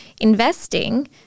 investing